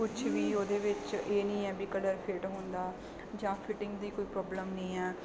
ਕੁਛ ਵੀ ਉਹਦੇ ਵਿੱਚ ਇਹ ਨਹੀਂ ਹੈ ਵੀ ਕਲਰ ਫੇਟ ਹੋਣ ਦਾ ਜਾਂ ਫਿਟਿੰਗ ਦੀ ਕੋਈ ਪ੍ਰੋਬਲਮ ਨਹੀਂ ਹੈ